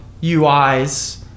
UIs